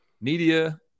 media